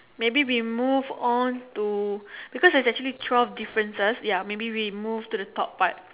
maybe we move on to because there's actually twelve differences ya maybe we move to the top part